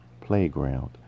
playground